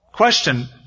Question